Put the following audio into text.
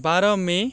बाह्र मे